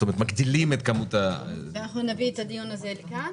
נביא את הנושא הזה לכאן?